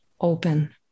open